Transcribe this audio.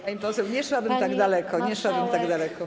Pani poseł, nie szłabym tak daleko, nie szłabym tak daleko.